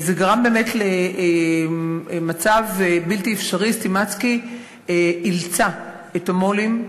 זה גרם באמת למצב בלתי אפשרי: "סטימצקי" אילצה את המו"לים,